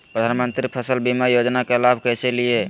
प्रधानमंत्री फसल बीमा योजना का लाभ कैसे लिये?